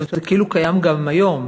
זה כאילו קיים גם היום,